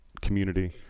community